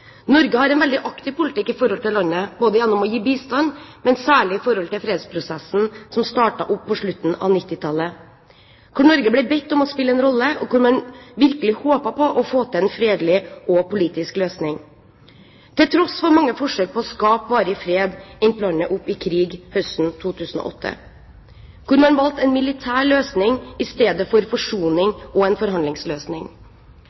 Norge har en veldig aktiv politikk i forhold til landet, både ved å gi bistand og særlig når det gjelder fredsprosessen som startet opp på slutten av 1990-tallet, hvor Norge ble bedt om å spille en rolle, og hvor en virkelig håpet på å få til en fredelig og politisk løsning. Til tross for mange forsøk på å skape varig fred, endte landet opp i krig høsten 2008. Man valgte en militær løsning